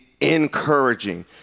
encouraging